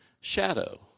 shadow